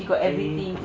mm